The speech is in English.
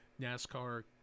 NASCAR